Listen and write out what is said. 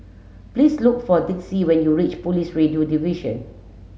please look for Dixie when you reach Police Radio Division